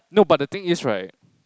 no but the thing is right